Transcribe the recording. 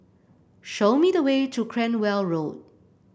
show me the way to Cranwell Road